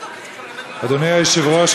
אדוני היושב-ראש,